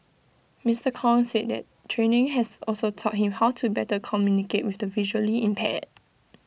Mister Kong said the training has also taught him how to better communicate with the visually impaired